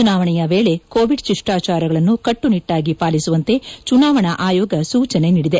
ಚುನಾವಣೆಯ ವೇಳೆ ಕೋವಿಡ್ ಶಿಷ್ಸಾಚಾರಗಳನ್ನು ಕಟ್ಟುನಿಟ್ಟಾಗಿ ಪಾಲಿಸುವಂತೆ ಚುನಾವಣಾ ಆಯೋಗ ಸೂಚನೆ ನೀಡಿದೆ